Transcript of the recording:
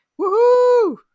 Woohoo